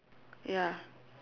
ya